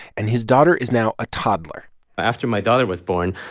and his daughter is now a toddler after my daughter was born,